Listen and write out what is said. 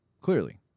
Clearly